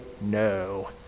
no